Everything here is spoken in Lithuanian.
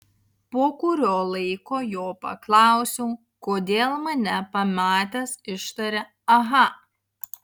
po kurio laiko jo paklausiau kodėl mane pamatęs ištarė aha